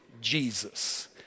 Jesus